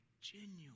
genuine